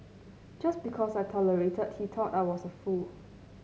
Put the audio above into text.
just because I tolerated he thought I was a fool